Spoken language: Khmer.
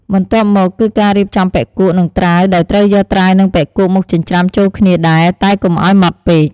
បន្ទាប់មក គឺការរៀបចំបុិគក់ និងត្រាវ ដោយត្រូវយក ត្រាវ និង បុិគក់ មកចិញ្ច្រាំចូលគ្នាដែរ តែកុំឱ្យម៉ដ្ឋពេក។